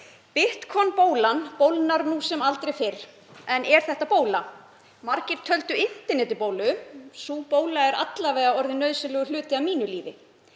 Bitcoin-bólan bólgnar nú sem aldrei fyrr. En er þetta bóla? Margir töldu internetið bólu en sú bóla er alla vega orðin nauðsynlegur hluti af lífi